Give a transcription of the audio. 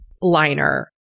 liner